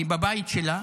היא בבית שלה.